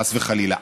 חס וחלילה.